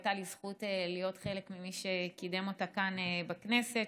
הייתה לי הזכות להיות חלק ממי שקידמו אותה כאן בכנסת,